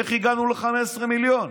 איך הגענו ל-15 מיליון?